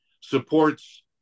supports